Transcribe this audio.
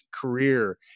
career